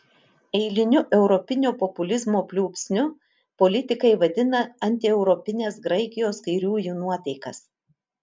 eiliniu europinio populizmo pliūpsniu politikai vadina antieuropines graikijos kairiųjų nuotaikas